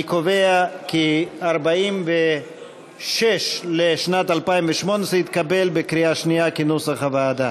אני קובע כי סעיף 46 לשנת 2018 התקבל בקריאה שנייה כנוסח הוועדה.